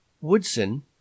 Woodson